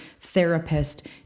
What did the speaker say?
therapist